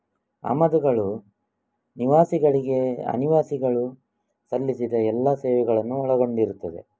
ಆಮದುಗಳು ನಿವಾಸಿಗಳಿಗೆ ಅನಿವಾಸಿಗಳು ಸಲ್ಲಿಸಿದ ಎಲ್ಲಾ ಸೇವೆಗಳನ್ನು ಒಳಗೊಂಡಿರುತ್ತವೆ